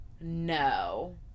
no